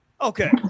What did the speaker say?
Okay